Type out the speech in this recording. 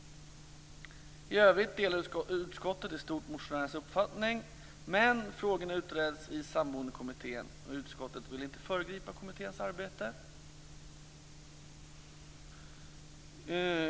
I övrigt delar utskottet i stort motionärernas uppfattning, men frågorna utreds i Samboendekommittén. Utskottet vill inte föregripa kommitténs arbete.